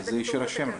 אז שיירשם.